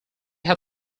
had